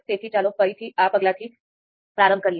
તેથી ચાલો ફરીથી આ પગલાથી પ્રારંભ કરીએ